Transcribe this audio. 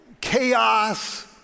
chaos